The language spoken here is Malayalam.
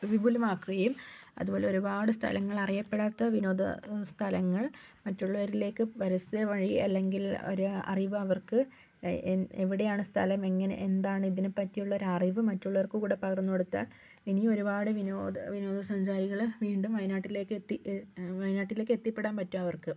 വിപുലമാക്കുകയും അതുപോലെ ഒരുപാട് സ്ഥലങ്ങളറിയപ്പെടാത്ത വിനോദ സ്ഥലങ്ങൾ മറ്റുള്ളവരിലേക്ക് പരസ്യമായി അല്ലെങ്കിൽ ഒരറിവ് അവർക്ക് എവിടെയാണ് സ്ഥലം എങ്ങനെ എന്താണ് ഇതിനെ പറ്റിയുള്ള ഒരു അറിവ് മറ്റുള്ളവർക്ക് കൂടെ പകർന്ന് കൊടുത്താൽ ഇനിയും ഒരുപാട് വിനോദ വിനോദ സഞ്ചാരികള് വീണ്ടും വയനാട്ടിലേക്ക് എത്തി വയനാട്ടിലേക്ക് എത്തിപ്പെടാൻ പറ്റും അവർക്ക്